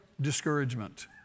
discouragement